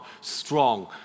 strong